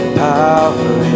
power